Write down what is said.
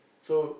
so